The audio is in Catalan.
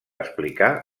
explicar